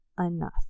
enough